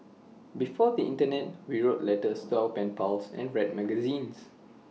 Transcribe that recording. before the Internet we wrote letters to our pen pals and read magazines